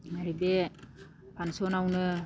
आरो बे फांसनावनो